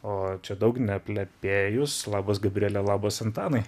o čia daug neplepėjus labas gabriele labas antanai